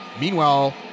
Meanwhile